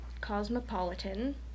Cosmopolitan